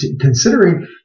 considering